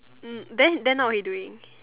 mm then then now what he doing